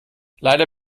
leider